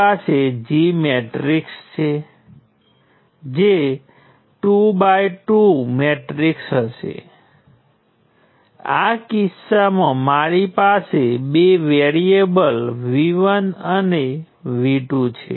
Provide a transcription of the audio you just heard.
હું જગ્યાઓ ભરીશ જે મારી પાસે છે તે એ છે કે સમીકરણ જે તમે જાણો છો તે કન્ડકન્સ મેટ્રિક્સ છે G × અજ્ઞાત વેક્ટર V એ સ્ત્રોત વેક્ટર I ની બરાબર છે